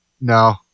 No